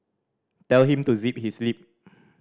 tell him to zip his lip